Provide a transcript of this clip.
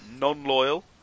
non-loyal